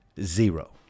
Zero